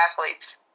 athletes